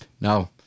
No